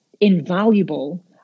invaluable